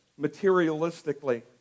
materialistically